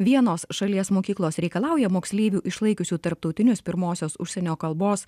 vienos šalies mokyklos reikalauja moksleivių išlaikiusių tarptautinius pirmosios užsienio kalbos